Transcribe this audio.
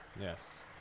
Yes